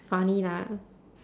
funny lah